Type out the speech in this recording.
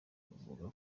buvuga